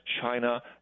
China